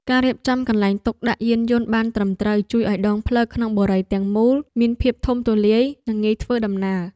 ការរៀបចំកន្លែងទុកដាក់យានយន្តបានត្រឹមត្រូវជួយឱ្យដងផ្លូវក្នុងបុរីទាំងមូលមានភាពធំទូលាយនិងងាយធ្វើដំណើរ។